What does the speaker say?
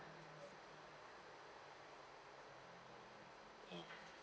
ya